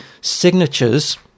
signatures